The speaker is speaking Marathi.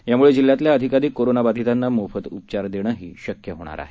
यामुळे जिल्ह्यातल्या अधिकाधिक कोरोनाबाधितांना मोफत उपचार देणंही शक्य होणार आहे